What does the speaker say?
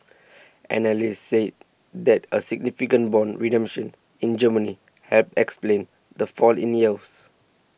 analysts said that a significant bond redemption in Germany helped explain the fall in yields